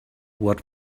what